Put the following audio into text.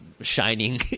shining